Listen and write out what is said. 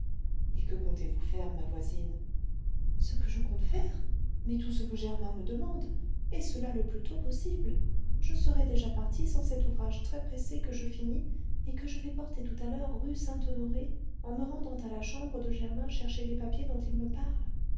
et que comptez-vous faire ma voisine ce que je compte faire mais tout ce que germain me demande et cela le plus tôt possible je serais déjà partie sans cet ouvrage très-pressé que je finis et que je vais porter tout à l'heure rue saint-honoré en me rendant à la chambre de germain chercher les papiers dont il me parle